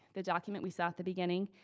the document we saw at the beginning,